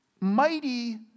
mighty